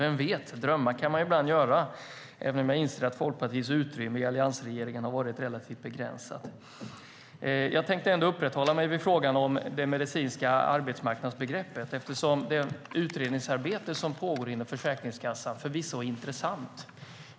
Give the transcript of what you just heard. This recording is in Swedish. Vem vet? Drömma kan man ibland göra. Men jag inser att Folkpartiets utrymme i alliansregeringen har varit relativt begränsat. Jag tänker uppehålla mig vid frågan om det medicinska arbetsmarknadsbegreppet eftersom det utredningsarbete som pågår inom Försäkringskassan förvisso är intressant.